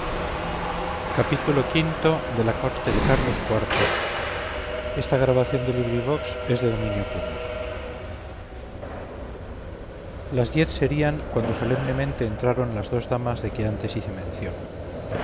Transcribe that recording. xxvi xxvii xxviii la corte de carlos iv de benito pérez galdós las diez serían cuando solemnemente entraron las dos damas de que antes hice mención